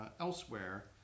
elsewhere